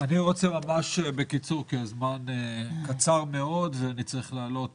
אני רוצה להתייחס ממש בקצרה כי הזמן קצר מאוד ואני צריך לעלות